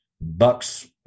bucks